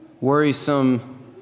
worrisome